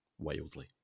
wildly